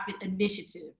initiative